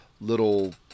little